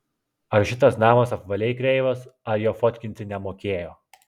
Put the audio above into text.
ar šitas namas apvaliai kreivas ar jo fotkinti nemokėjo